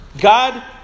God